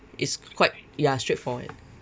is quite ya straightforward